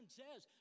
says